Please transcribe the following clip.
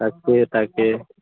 তাকে তাকে